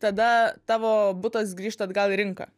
tada tavo butas grįžta atgal į rinką